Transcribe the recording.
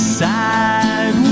sad